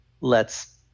lets